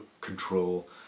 control